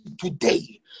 today